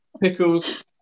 pickles